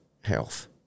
health